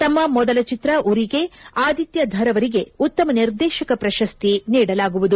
ತಮ್ಮ ಮೊದಲ ಚಿತ್ರ ಉರಿ ಗೆ ಆದಿತ್ಯಧರ್ ಅವರಿಗೆ ಉತ್ತಮ ನಿರ್ದೇಶಕ ಪ್ರಶಸ್ತಿ ನೀಡಲಾಗುವುದು